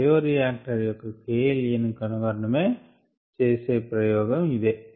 bioreactor యొక్క kLa ను కనుగొనడానికి చేసే ప్రయోగం ఇదే